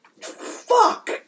Fuck